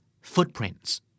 Footprints